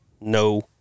no